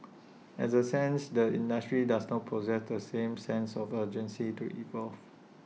as A sense the industry does not possess the same sense of urgency to evolve